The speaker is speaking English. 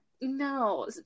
no